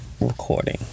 Recording